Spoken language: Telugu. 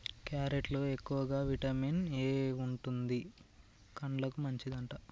క్యారెట్ లో ఎక్కువగా విటమిన్ ఏ ఎక్కువుంటది, కండ్లకు మంచిదట